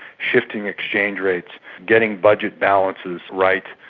shifting exchange rates, getting budget balances right,